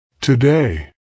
Today